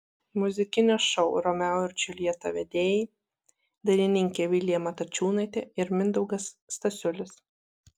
muzikinio šou romeo ir džiuljeta vedėjai dainininkė vilija matačiūnaitė ir mindaugas stasiulis